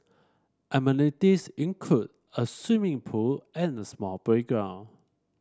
amenities include a swimming pool and small playground